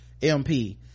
mp